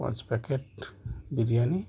পাঁচ প্যাকেট বিরিয়ানি